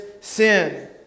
sin